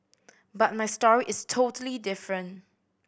but my story is totally different